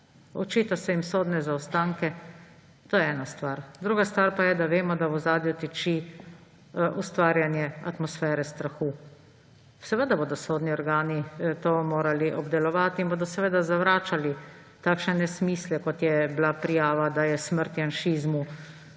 očita se jim sodne zaostanke. To je ena stvar. Druga stvar pa je, da vemo, da v ozadju tiči ustvarjanje atmosfere strahu. Seveda bodo sodni organi to morali obdelovati in bodo seveda zavračali takšne nesmisle, kot je bila prijava, da je »Smrt janšizmu«